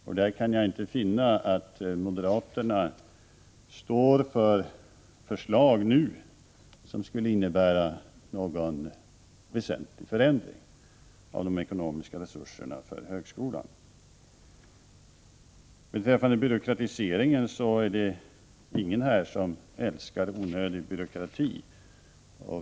Jag kan emellertid inte finna att moderaterna står för förslag som skulle innebära någon väsentlig förändring av de ekonomiska resurserna för högskolan. Beträffande byråkratiseringen vill jag påstå att det inte är någon här som älskar onödig byråkrati.